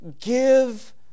give